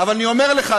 אבל אני אומר לך,